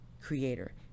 creator